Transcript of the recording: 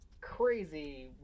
crazy